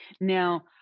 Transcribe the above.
Now